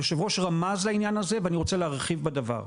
היושב-ראש רמז לעניין הזה ואני רוצה להרחיב בדבר: